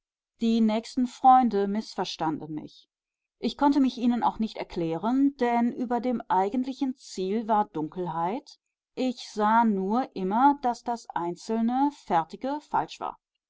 die nächsten freunde mißverstanden mich ich konnte mich ihnen auch nicht erklären denn über dem eigentlichen ziel war dunkelheit ich sah nur immer daß das einzelne fertige falsch war